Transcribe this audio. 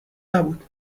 نبود